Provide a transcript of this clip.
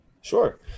sure